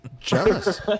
Jealous